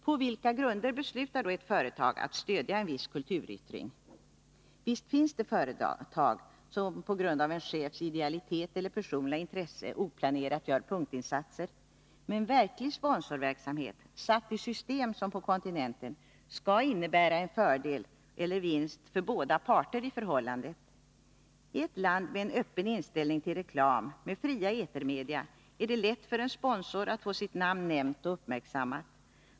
På vilka grunder beslutar då ett företag att stödja en viss kulturyttring? Visst finns det företag som på grund av en chefs idealitet eller personliga intressen oplanerat gör punktinsatser, men verklig sponsorverksamhet, satt i system som på kontinenten, skall innebära en fördel eller vinst för båda parter i förhållandet. I ett land med en öppen inställning till reklam, med fria etermedia, är det lätt för en sponsor att få sitt namn nämnt och uppmärksammat.